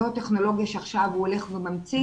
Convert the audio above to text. לא טכנולוגיה שעכשיו הוא הולך וממציא